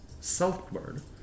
southward